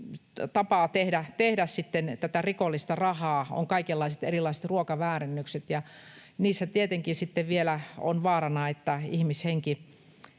tapa tehdä rikollista rahaa on kaikenlaiset erilaiset ruokapetokset, ruokaväärennökset, ja niissä tietenkin vielä on vaarana, että ihmishenki